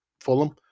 Fulham